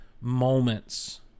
moments